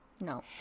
no